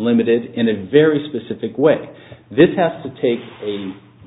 limited in a very specific way this has to take